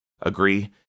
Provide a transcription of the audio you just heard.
agree